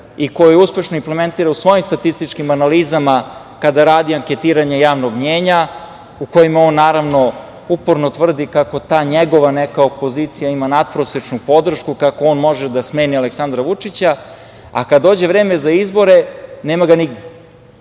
i koju uspešno implementira u svojim statističkim analizama kada radi anketiranje javnog mnjenja u kojima on naravno uporno tvrdi kako ta njegova neka opozicija ima natprosečnu podršku, kako on može da smeni Aleksandra Vučića, a kada dođe vreme za izbore nema ga nigde.